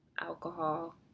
alcohol